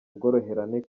ubworoherane